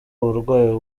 uburwayi